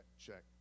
check